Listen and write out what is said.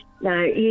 No